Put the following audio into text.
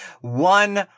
one